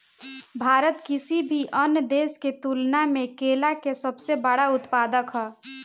भारत किसी भी अन्य देश की तुलना में केला के सबसे बड़ा उत्पादक ह